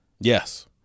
Yes